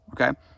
okay